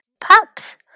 pups